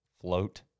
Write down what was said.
float